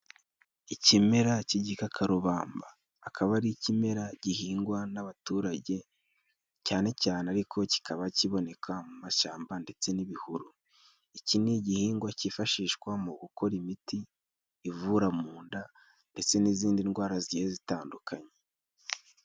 Ikimera cy'igikakarubamba. Akaba ari ikimera gihingwa n'abaturage, cyane cyane ariko kikaba kiboneka mu mashyamba ndetse n'ibihuru. Iki ni igihingwa cyifashishwa mu gukora imiti, ivura mu nda ndetse n'izindi ndwara zigiye zitandukanye.